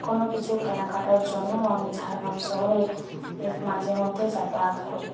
কোনোকিছু কেনাকাটার জন্য আমি ঝাড়গ্রাম শহরে মাঝেমধ্যেই যাতায়াত করি